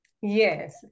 Yes